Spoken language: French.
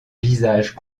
visage